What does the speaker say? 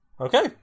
Okay